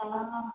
ಆ